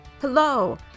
Hello